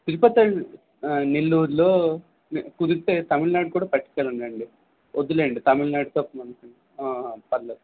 తిరుపతి నెల్లూరులో కుదిరితే తమిళనాడు కూడా పట్టుకెళ్లండి వద్దులే అండి తమిళనాడుతో మనకెందుకు పర్వాలేదు